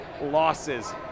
losses